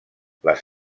les